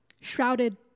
shrouded